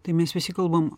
tai mes visi kalbam